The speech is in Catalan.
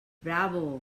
bravo